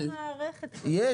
אבל אין מערכת כזאת.